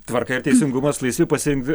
tvarka ir teisingumas laisvi pasirinkti